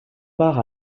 part